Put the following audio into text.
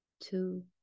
two